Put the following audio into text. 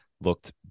looked